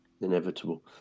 Inevitable